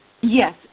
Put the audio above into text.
Yes